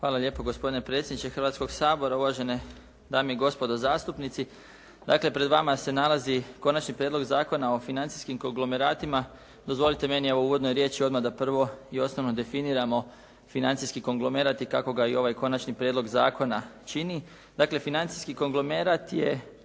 Hvala lijepo gospodine predsjedniče Hrvatskog sabora, uvažene dame i gospodo zastupnici. Dakle, pred vama se nalazi Konačni prijedlog zakona o financijskim konglomeratima. Dozvolite meni, evo u uvodnoj riječi odmah da prvo i osnovno definiramo financijski konglomerat i kako ga i ovaj konačni prijedlog zakona čini. Dakle, financijski konglomerat je